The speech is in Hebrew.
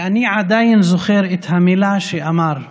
ואני עדיין זוכר את המילים שאמר: